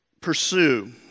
pursue